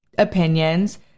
opinions